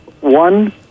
one